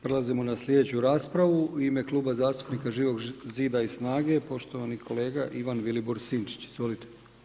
Prelazimo na slijedeću raspravu u ime Kluba zastupnika Živog zida i SNAGA-e, poštovani kolega Ivan Vilibor Sinčić, izvolite.